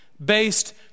based